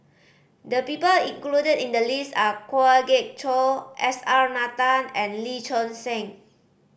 the people included in the list are Kwa Geok Choo S R Nathan and Lee Choon Seng